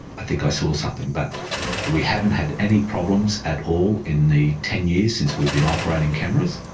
i think i saw ah something. but we haven't had any problems at all in the ten years since we've been operating cameras.